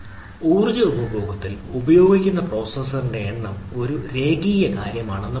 ഊർജ്ജ ഉപഭോഗത്തിൽ ഉപയോഗിക്കുന്ന പ്രോസസറിന്റെ എണ്ണം ഒരു രേഖീയ കാര്യമാണെന്ന് പറയാം